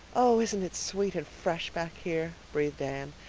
oh, isn't it sweet and fresh back here? breathed anne.